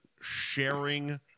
sharing